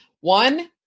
One